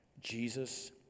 Jesus